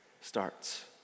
starts